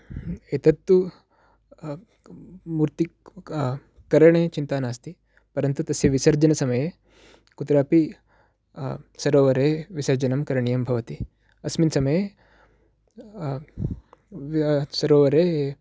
एतत्तु मूर्ति करणे चिन्ता नास्ति परन्तु तस्य विसर्जनसमये कुत्रापि सरोवरे विसर्जनं करणीयं भवति अस्मिन् समये सरोवरे